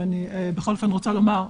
ואני בכל אופן רוצה לומר,